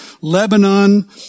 Lebanon